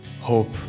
hope